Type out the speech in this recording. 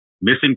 missing